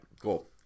Cool